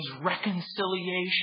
reconciliation